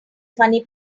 funny